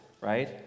right